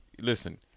Listen